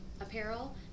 apparel